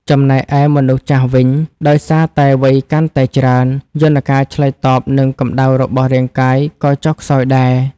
ចំណែកឯមនុស្សចាស់វិញ ដោយសារតែវ័យកាន់តែច្រើន យន្តការឆ្លើយតបនឹងកម្ដៅរបស់រាងកាយក៏ចុះខ្សោយដែរ។